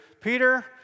Peter